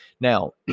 Now